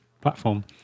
platform